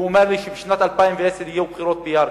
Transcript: והוא אמר לי שבשנת 2010 יהיו בחירות בירכא.